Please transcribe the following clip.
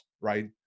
right